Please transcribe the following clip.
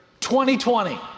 2020